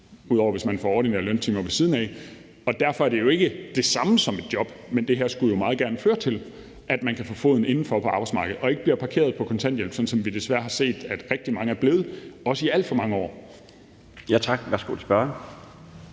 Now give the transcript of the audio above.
ud over hvis man får ordinære løntimer ved siden af – og derfor er det jo ikke det samme som et job. Men det her skulle meget gerne føre til, at man kan få foden indenfor på arbejdsmarkedet og ikke bliver parkeret på kontanthjælp, sådan som vi desværre har set at rigtig mange er blevet, også i alt for mange år. Kl. 13:54 Den fg.